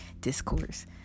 discourse